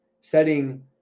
setting